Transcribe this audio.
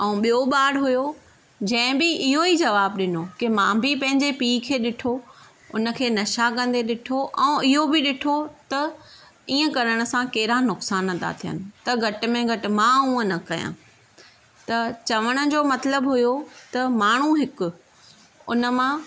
ऐं ॿियो ॿारु हुयो जंहिं बि इहो ई जवाबु ॾिनो की मां बि पंहिंजे पीउ के ॾिठो हुन खे नशा कंदे ॾिठो ऐं इहो बि ॾिठो त ईअं करण सां कहिड़ा नुक़्सान था थियनि त घटि में घटि मां उहो न कयां त चवण जो मतिलबु हुयो त माण्हू हिकु उन मां